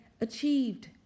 achieved